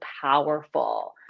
powerful